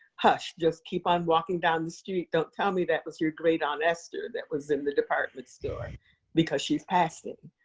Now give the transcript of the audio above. hush just keep on walking down the street. don't tell me that was your great aunt esther that was in the department store because she's passing.